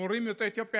מורים יוצאי אתיופיה,